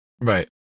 Right